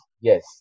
yes